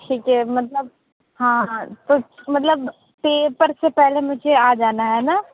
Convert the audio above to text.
ठीक है मतलब हाँ हाँ तो मतलब पेपर से पहले मुझे आ जाना है ना